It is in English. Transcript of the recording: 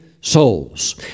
souls